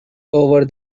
over